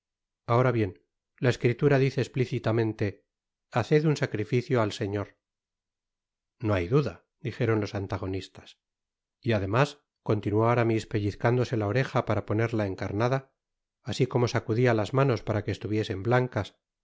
ahora bien la escritura dice esplicitamente haced un sacrificio al señor no hay duda dijeron los antagonistas y además continuó aramis pellizcándose la oreja para ponerla encarnada asi como sacudia las manos para que estuviesen blancas